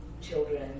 children